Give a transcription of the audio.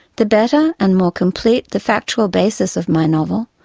the better and more complete the factual basis of my novel,